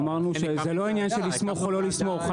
זה לא עניין של לסמוך או לא לסמוך,